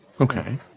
Okay